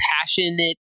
passionate